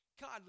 God